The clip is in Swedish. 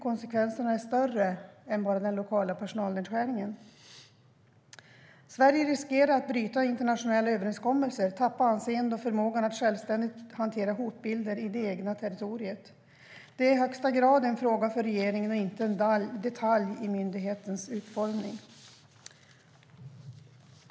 Konsekvenserna är större än bara en lokal personalnedskärning. Sverige riskerar att bryta internationella överenskommelser, tappa anseende och förmågan att självständigt hantera hotbilder i det egna territoriet. Detta är i högsta grad en fråga för regeringen och inte en detalj i myndighetens utformning.